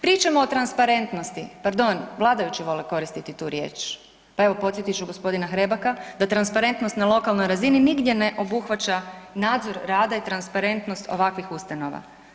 Pričamo o transparentnosti, pardon vladajući vole koristiti tu riječ, pa evo podsjetit ću gospodina Hrebaka da transparentnost na lokalnoj razini nigdje ne obuhvaća nadzor rada i transparentnost ovakvih ustanova.